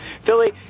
Philly